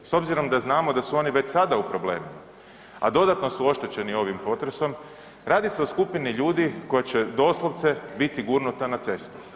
S obzirom da znamo da su oni već sada u problemu, a dodatno su oštećeni ovim potresom, radi se o skupini ljudi koji će doslovce biti gurnuta na cestu.